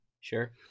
Sure